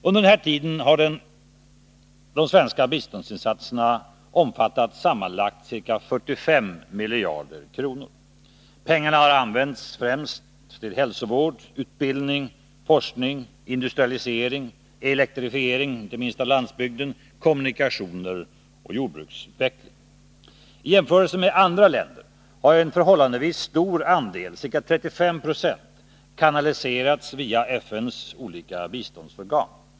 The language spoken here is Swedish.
Under den här tiden har de svenska biståndsinsatserna omfattat sammanlagt ca 45 miljarder kronor. Pengarna har främst använts till hälsovård, utbildning, forskning, industrialisering, elektrifiering — inte minst av landsbygden —, kommunikationer och jordbruksutveckling. I jämförelse med andra länder har en förhållandevis stor andel, ca 35 9, kanaliserats via FN:s olika biståndsorgan.